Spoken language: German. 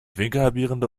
winkelhalbierende